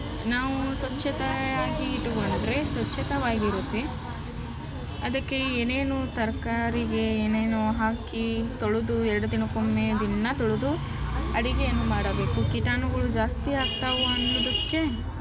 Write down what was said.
ನಾವೂ ಸ್ವಚ್ಛತೆಯಾಗಿ ಇಟ್ಟುಕೊಂಡ್ರೆ ಸ್ವಚ್ಛವಾಗಿರುತ್ತೆ ಅದಕ್ಕೆ ಏನೇನು ತರಕಾರಿಗೆ ಏನೇನೋ ಹಾಕಿ ತೊಳೆದು ಎರಡು ದಿನಕ್ಕೊಮ್ಮೆ ದಿನಾ ತೊಳೆದು ಅಡುಗೆಯನ್ನು ಮಾಡಬೇಕು ಕೀಟಾಣುಗಳು ಜಾಸ್ತಿ ಆಗ್ತವೆ ಅನ್ನುದಕ್ಕೆ